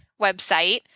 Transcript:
website